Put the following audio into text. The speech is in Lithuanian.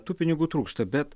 tų pinigų trūksta bet